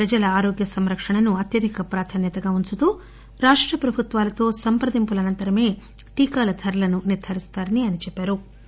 ప్రజల ఆరోగ్య సంరక్షణను అత్యధిక ప్రాధాన్యత ఉంచుతూ రాష్ట ప్రభుత్వాలతో సంప్రదింపులు అనంతరమే టీకాల ధరలను నిర్దారిస్తారని ప్రధాన మంత్రి చెప్పారు